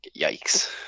yikes